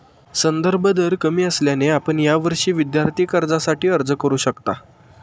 संदर्भ दर कमी असल्याने आपण यावर्षी विद्यार्थी कर्जासाठी अर्ज करू शकता